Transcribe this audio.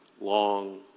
long